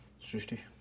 shristi,